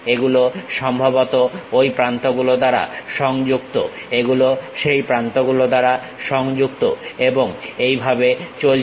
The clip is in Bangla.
এগুলো সম্ভবত ঐ প্রান্তগুলো দ্বারা সংযুক্ত এগুলো সেই প্রান্তগুলো দ্বারা সংযুক্ত এবং এই ভাবে চলছে